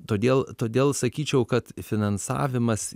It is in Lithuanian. todėl todėl sakyčiau kad finansavimas